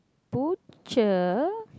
butcher